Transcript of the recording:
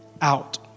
out